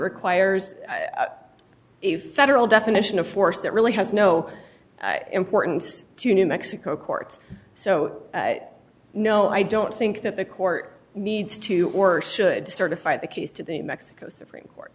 requires a federal definition of force that really has no importance to new mexico courts so no i don't think that the court needs to or should certify the case to the mexico supreme court